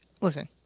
listen